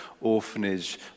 orphanage